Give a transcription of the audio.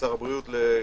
שר הבריאות.